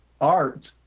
art